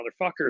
motherfucker